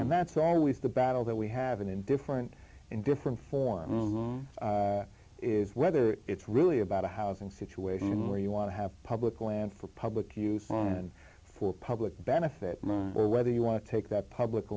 and that's always the battle that we have been in different in different forms is whether it's really about a housing situation where you want to have public land for public use on and for public benefit or whether you want to take that public